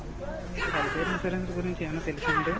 అయితే మీకు health insurance గురించి ఏమైనా తెలుసా అండి